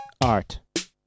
art